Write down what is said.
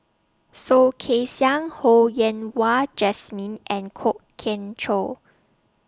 Soh Kay Siang Ho Yen Wah Jesmine and Kwok Kian Chow